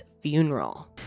Funeral